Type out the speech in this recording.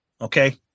Okay